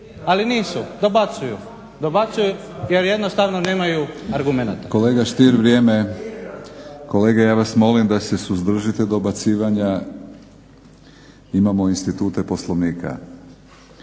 dobacuju, dobacuju jer jednostavno nemaju argumenata.